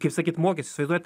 kaip sakyt mokės įsivaizduojat